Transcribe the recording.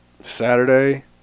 Saturday